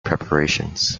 preparations